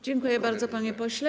Dziękuję bardzo, panie pośle.